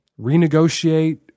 renegotiate